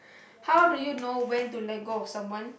how do you know when to let go of someone